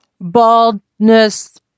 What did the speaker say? baldness